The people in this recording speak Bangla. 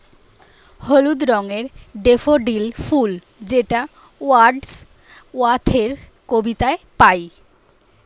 হলুদ রঙের ডেফোডিল ফুল যেটা ওয়ার্ডস ওয়ার্থের কবিতায় পাই